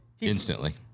instantly